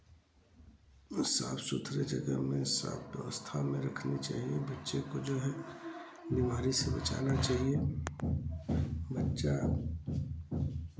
साफ सुथरे जगह में साफ व्यवस्था में रखने चाहिए बच्चे को जाे है बिमारी से बचाना चाहिए बच्चा